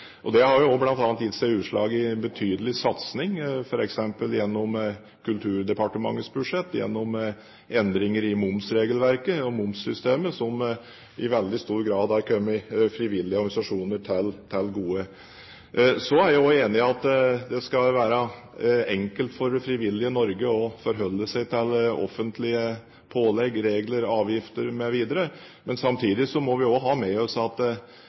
Det har bl.a. gitt seg utslag i en betydelig satsing, f.eks. gjennom Kulturdepartementets budsjett og gjennom endringer i momsregelverket og momssystemet, som i veldig stor grad har kommet frivillige organisasjoner til gode. Så er jeg også enig i at det skal være enkelt for det frivillige Norge å forholde seg til offentlige pålegg, regler, avgifter mv. Samtidig må vi ha med oss at